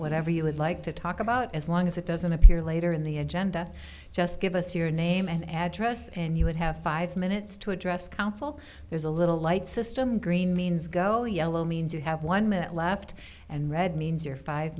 whatever you would like to talk about as long as it doesn't appear later in the agenda just give us your name and address and you would have five minutes to address council there's a little light system green means go yellow means you have one minute left and red means you're five